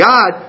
God